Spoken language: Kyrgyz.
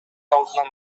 алдынан